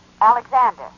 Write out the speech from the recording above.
Alexander